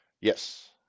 Yes